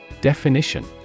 Definition